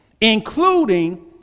including